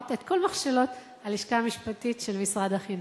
שעברת את כל מכשלות הלשכה המשפטית של משרד החינוך.